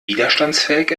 widerstandsfähig